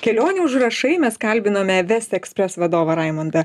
kelionių užrašai mes kalbinome vest ekspres vadovą raimundą